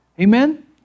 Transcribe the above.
Amen